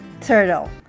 Turtle